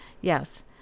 yes